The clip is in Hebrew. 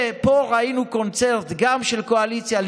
ופה ראינו קונצרט גם של קואליציה,